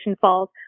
falls